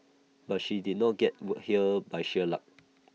but she did not get here by sheer luck